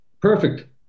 Perfect